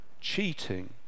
cheating